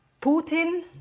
Putin